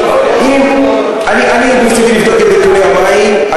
אני צריך לבדוק את נתוני המים.